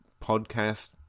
podcast